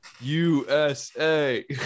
USA